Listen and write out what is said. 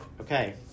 Okay